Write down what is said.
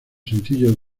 sencillos